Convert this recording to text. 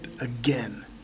again